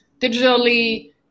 digitally